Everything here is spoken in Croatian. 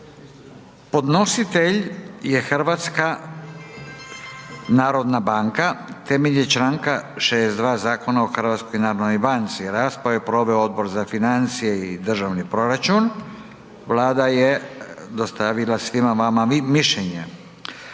Podnositelj je Hrvatska narodna banka temeljem članka 62. Zakona o Hrvatskoj narodnoj banci. Raspravu je proveo Odbor za financije i državni proračun, Vlada je dostavila svima vama mišljenje.